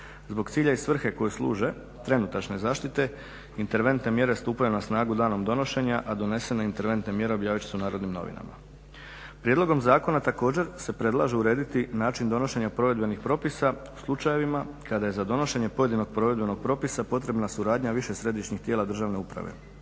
Zbog cilja i svrhe kojoj služe, trenutačne zaštite, interventne mjere stupaju na snagu danom donošenja a donesene interventne mjere objavit će se u Narodnim novinama. Prijedlogom zakona također se predlažu urediti način donošenja provedbenih propisa u slučajevima kada je za donošenje pojedinog provedbenog propisa potrebna suradnja više središnjih tijela državne uprave.